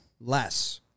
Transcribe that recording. less